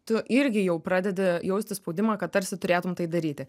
tu irgi jau pradedi jausti spaudimą kad tarsi turėtum tai daryti